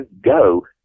go